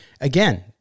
Again